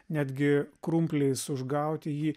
netgi krumpliais užgauti jį